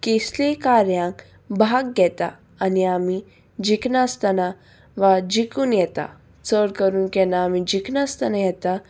कसलीय कार्यांक भाग घेता आनी आमी जिखनासतना वा जिकून येता चड करून केन्ना आमी जिखनासतना येता